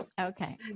Okay